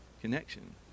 connection